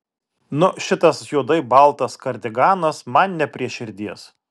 nu šitas juodai baltas kardiganas man ne prie širdies